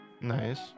nice